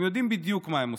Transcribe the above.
הם יודעים בדיוק מה הם עושים,